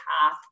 path